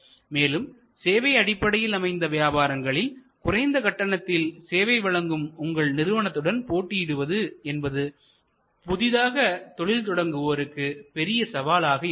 மேலும் சேவை அடிப்படையில் அமைந்த வியாபாரங்களில் குறைந்த கட்டணத்தில் சேவை வழங்கும் உங்கள் நிறுவனத்துடன் போட்டியிடுவது என்பது புதிதாக தொழில் தொடங்குவோருக்கு பெரிய சவாலாக இருக்கும்